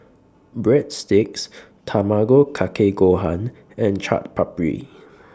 Breadsticks Tamago Kake Gohan and Chaat Papri